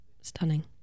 stunning